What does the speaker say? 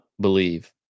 believe